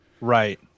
Right